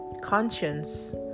conscience